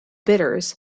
bitters